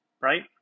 right